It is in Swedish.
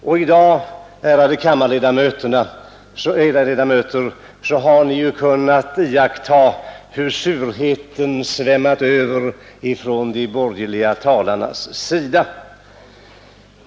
I dag har ni, ärade kammarledamöter, kunnat iakttaga hur surheten svämmat över från de borgerliga talarnas sida.